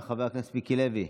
חבר הכנסת מיקי לוי,